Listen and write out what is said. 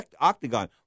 octagon